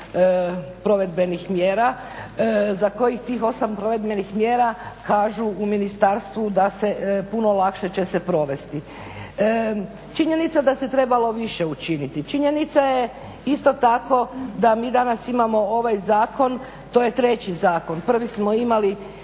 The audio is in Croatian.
provedbenih mjera za kojih tih 8 provedbenih mjera kažu u ministarstvu da puno lakše će se provesti. Činjenica je da se trebalo više učiniti, činjenica je isto tako da mi danas imamo ovaj zakon, to je treći zakon. Prvi smo imali